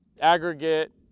aggregate